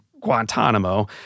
Guantanamo